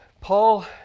Paul